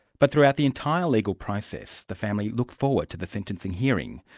but throughout the entire legal process the family looked forward to the sentencing hearing,